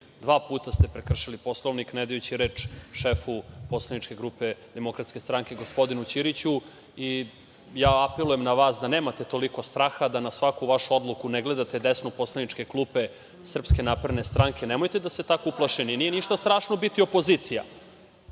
Dva puta ste prekršili Poslovnik nedajući reč šefu poslaničke grupe DS, gospodinu Ćiriću. Apelujem na vas da nemate toliko straha, da na svaku vašu odluku ne gledate desno u poslaničke klupe SNS. Nemojte da ste tako uplašeni, nije ništa strašno biti opozicija.